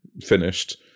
finished